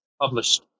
published